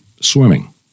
swimming